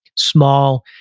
small,